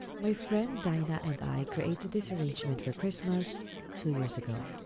my friend dinah, and i, created this arrangement for christmas two years ago.